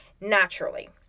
naturally